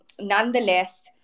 nonetheless